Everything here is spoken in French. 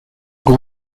gros